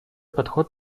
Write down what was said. подход